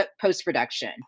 post-production